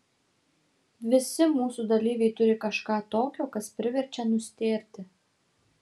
visi mūsų dalyviai turi kažką tokio kas priverčia nustėrti